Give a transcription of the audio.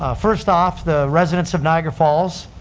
ah first off, the residents of niagara falls,